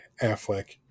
Affleck